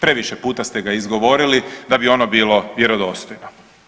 Previše puta ste ga izgovorili da bi ono bilo vjerodostojno.